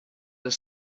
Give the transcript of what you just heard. the